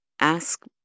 Ask